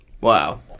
Wow